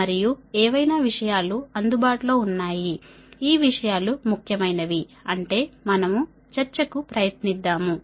మరియు ఏవైనా విషయాలు అందుబాటులో ఉన్నాయి ఈ విషయాలు ముఖ్యమైనవి అంటే మనం చర్చ కు ప్రయత్నిద్దాము